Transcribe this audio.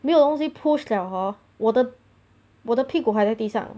没有东西 push liao hor 我的我的屁股还在地上